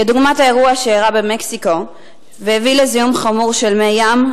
כדוגמת האירוע במקסיקו שהביא לזיהום חמור של מי ים,